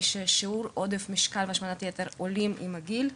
הן ששיעור עודף המשקל והשמנת יתר עולים עם הגיל.